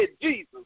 Jesus